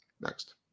Next